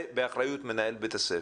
זה באחריות מנהל בית הספר.